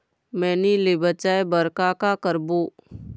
मैनी ले बचाए बर का का करबो?